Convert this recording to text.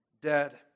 dead